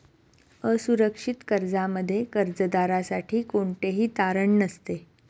असुरक्षित कर्जामध्ये कर्जदारासाठी कोणतेही तारण नसते